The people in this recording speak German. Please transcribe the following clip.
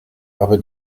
aber